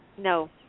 no